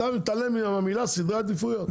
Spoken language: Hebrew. אתה מתעלם מהמילה "סדרי עדיפויות".